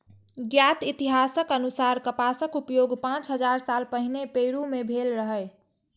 ज्ञात इतिहासक अनुसार कपासक उपयोग पांच हजार साल पहिने पेरु मे भेल रहै